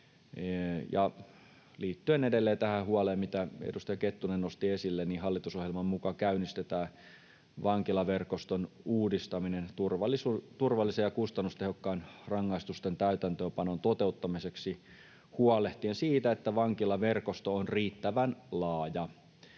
Liittyen edelleen tähän huoleen, mitä edustaja Kettunen nosti esille, hallitusohjelman mukaan käynnistetään vankilaverkoston uudistaminen turvallisen ja kustannustehokkaan rangaistusten täytäntöönpanon toteuttamiseksi huolehtien siitä, että vankilaverkosto on riittävän laaja